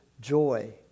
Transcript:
joy